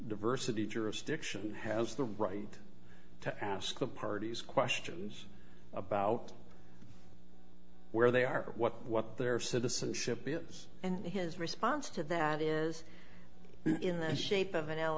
diversity jurisdiction has the right to ask the parties questions about where they are what their citizenship is and his response to that is in the shape of an l